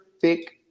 thick